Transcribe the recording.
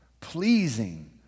pleasing